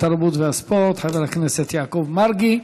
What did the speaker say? התרבות והספורט חבר הכנסת יעקב מרגי.